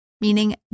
meaning